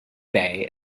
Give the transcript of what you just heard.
bay